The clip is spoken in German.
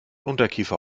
unterkiefer